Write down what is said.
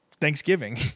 Thanksgiving